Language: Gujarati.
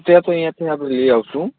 એ તો અહીંયાથી આપણે લઇ આવીશું